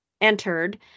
entered